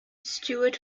stewart